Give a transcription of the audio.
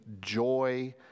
joy